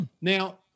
Now